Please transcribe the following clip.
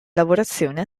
lavorazione